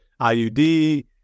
IUD